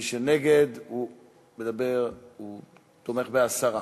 מי שנגד, תומך בהסרה.